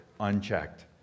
unchecked